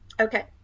Okay